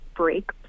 break